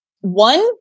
one